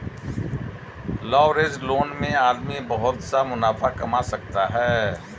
leveraged loan में आदमी बहुत सा मुनाफा कमा सकता है